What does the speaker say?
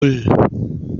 nan